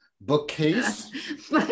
bookcase